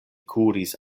kuris